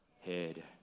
head